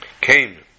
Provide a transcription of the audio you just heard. came